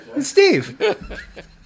Steve